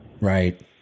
Right